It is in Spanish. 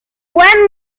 fue